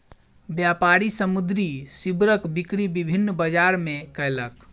व्यापारी समुद्री सीवरक बिक्री विभिन्न बजार मे कयलक